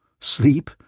Sleep